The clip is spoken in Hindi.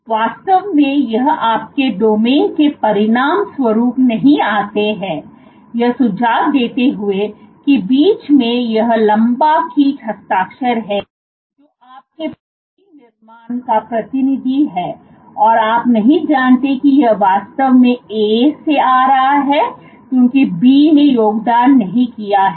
तो वास्तव में यह आपके डोमेन के परिणाम स्वरूप नहीं आते हैं यह सुझाव देते हुए कि बीच में यह लंबा खींच हस्ताक्षर है जो आपके प्रोटीन निर्माण का प्रतिनिधि हैंऔर आप नहीं जानते कि यह वास्तव में से आ रहा है क्योंकि B ने योगदान नहीं किया है